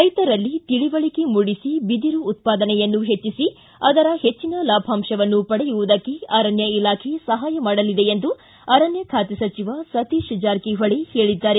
ರೈತರಲ್ಲಿ ತಿಳಿವಳಿಕೆ ಮೂಡಿಸಿ ಬಿದಿರು ಉತ್ಪಾದನೆಯನ್ನು ಹೆಚ್ಚಿಸಿ ಅದರ ಹೆಚ್ಚಿನ ಲಾಭಾಂಶವನ್ನು ಪಡೆಯುವುದಕ್ಕೆ ಅರಣ್ಯ ಇಲಾಖೆ ಸಹಾಯ ಮಾಡಲಿದೆ ಎಂದು ಅರಣ್ಯ ಖಾತೆ ಸಚಿವ ಸತೀಶ ಜಾರಕಿಹೊಳಿ ಹೇಳಿದ್ದಾರೆ